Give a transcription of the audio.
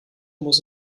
muss